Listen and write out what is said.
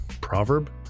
proverb